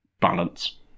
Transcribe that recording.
balance